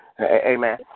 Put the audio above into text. Amen